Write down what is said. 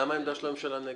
למה עמדתה של הממשלה נגד?